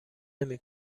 نمی